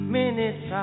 minutes